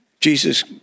Jesus